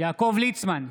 יעקב ליצמן,